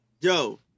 Yo